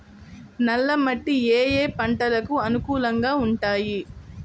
నల్ల మట్టి ఏ ఏ పంటలకు అనుకూలంగా ఉంటాయి?